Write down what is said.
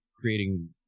creating